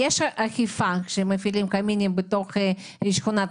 יש אכיפה כשמפעילים קמינים בתוך שכונת